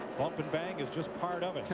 bump and bang is just part of